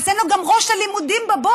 אז אין לו גם ראש ללימודים בבוקר.